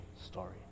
story